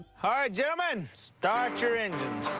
ah right, gentlemen. start your engines.